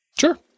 Sure